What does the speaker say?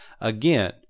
Again